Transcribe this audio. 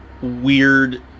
weird